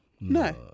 No